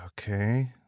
okay